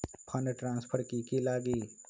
Fund transfer कि की लगी?